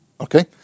okay